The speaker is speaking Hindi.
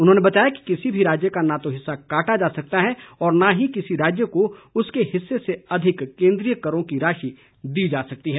उन्होंने बताया कि किसी भी राज्य का न तो हिस्सा काटा जा सकता है और न ही किसी राज्य को उसके हिस्से से अधिक केन्द्रीय करों की राशि दी जा सकती है